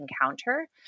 encounter